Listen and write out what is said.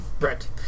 Right